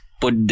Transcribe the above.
put